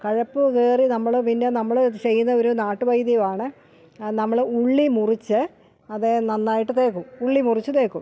കഴപ്പ് കയറി നമ്മള് ചെയ്യുന്ന ഒരു നാട്ടുവൈദ്യമാണ് നമ്മൾ ഉള്ളി മുറിച്ച് അതേൽ നന്നായിട്ട് തേക്കും ഉള്ളി മുറിച്ച് തേക്കും